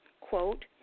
quote